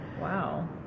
Wow